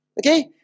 okay